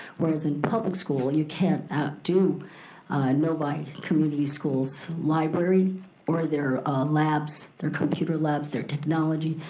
whereas in public school and you can't outdo novi community school's library or their labs, their computer labs, their technology.